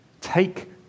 Take